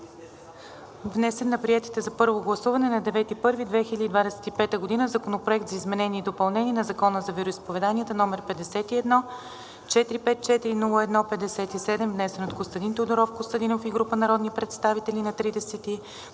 внесен на приетите на първо гласуване на 9 януари 2025 г. Законопроект за изменение и допълнение на Закона за вероизповеданията, № 51-454-01-57, внесен от Костадин Тодоров Костадинов и група народни представители на 30